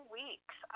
weeks